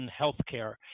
healthcare